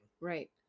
Right